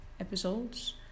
episodes